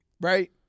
right